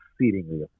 exceedingly